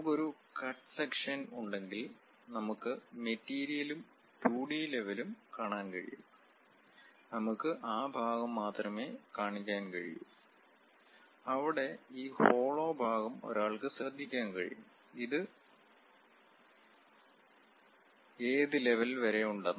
നമുക്ക് ഒരു cut section ഉണ്ടെങ്കിൽ നമുക്ക് മെറ്റീരിയലും 2 ഡി ലെവലും കാണാൻ കഴിയും നമുക്ക് ആ ഭാഗം മാത്രമേ കാണിക്കാൻ കഴിയൂ അവിടെ ഈ ഹോളോ ഭാഗം ഒരാൾക്ക് ശ്രദ്ധിക്കാൻ കഴിയും ഏത് ലെവൽ വരെ ഉണ്ടെന്ന്